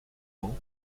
ans